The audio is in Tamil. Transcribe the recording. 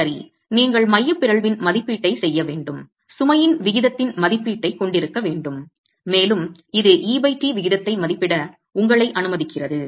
சரி நீங்கள் மைய பிறழ்வின் மதிப்பீட்டைச் செய்ய வேண்டும் சுமையின் விகிதத்தின் மதிப்பீட்டைக் கொண்டிருக்க வேண்டும் மேலும் இது et விகிதத்தை மதிப்பிட உங்களை அனுமதிக்கிறது